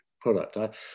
product